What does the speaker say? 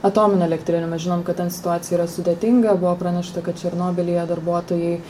atominių elektrinių mes žinom kad ten situacija yra sudėtinga buvo pranešta kad černobylyje darbuotojai